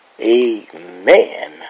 amen